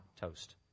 toast